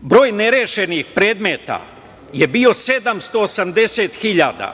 broj nerešenih predmeta je bio 780.000,